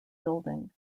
building